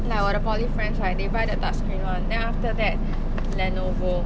like 我的 poly friends right they buy the touch screen [one] then after that Lenovo